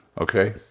Okay